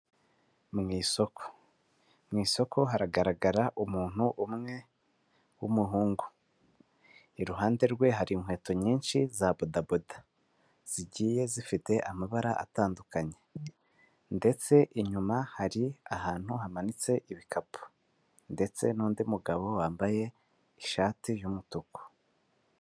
Mu isoko. Mu isoko hagaragara umuntu umwe w'umuhungu. Iruhande rwe hari inkweto nyinshi za bodaboda, zigiye zifite amabara atandukanye. Ndetse inyuma hari ahantu hamanitse ibikapu. Ndetse n'undi mugabo wambaye ishati y'umutuku.